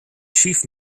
chief